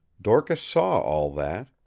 dorcas saw all that.